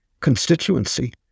constituency